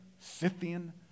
Scythian